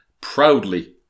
proudly